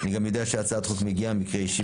אני גם יודעת שהצעת החוק מגיעה ממקרה אישי